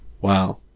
Wow